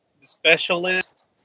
specialist